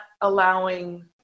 allowing